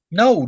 no